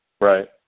Right